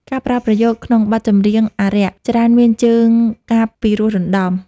ការប្រើប្រយោគក្នុងបទចម្រៀងអារក្ស ច្រើនមានជើងកាព្យពីរោះរណ្ដំ។